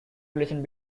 relations